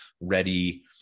ready